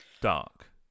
dark